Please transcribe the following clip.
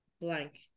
Blank